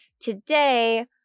Today